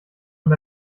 und